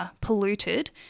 Polluted